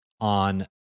on